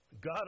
God